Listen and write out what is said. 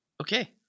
Okay